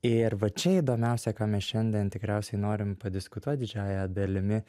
ir va čia įdomiausia ką mes šiandien tikriausiai norim padiskutuoti didžiąja dalimi